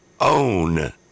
own